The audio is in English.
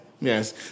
Yes